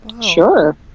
Sure